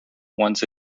once